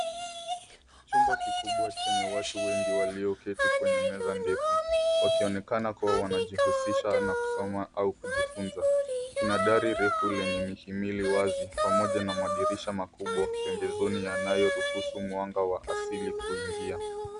Chumba kikubwa chenye watu wengi walioketi kwenye meza ndefu wakionekana kuwa wanajihusisha na kusoma au kujifunza. Kinadari refu lenye mihimili wazi pamoja na madirisha makubwa pembezoni yanayoruhusu mwanga wa asili kuingia.